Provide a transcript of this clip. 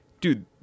dude